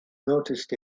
noticed